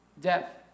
death